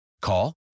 Call